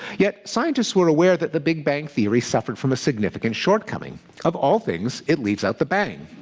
yet scientists were aware that the big bang theory suffered from a significant shortcoming of all things it leaves out the bang.